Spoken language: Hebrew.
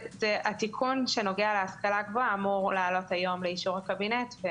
התיקון שנוגע להשכלה הגבוהה אמור לעלות היום לאישור הקבינט.